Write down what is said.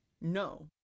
No